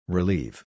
Relieve